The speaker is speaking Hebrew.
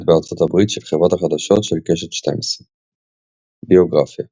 בארצות הברית של חברת החדשות של קשת 12. ביוגרפיה